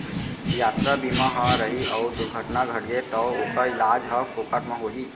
यातरा बीमा ह रही अउ दुरघटना घटगे तौ ओकर इलाज ह फोकट म होही